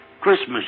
Christmas